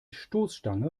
stoßstange